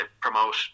promote